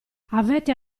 avete